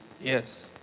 Yes